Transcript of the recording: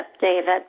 David